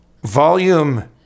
Volume